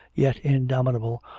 yet indomitable,